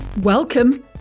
Welcome